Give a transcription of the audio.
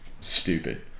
Stupid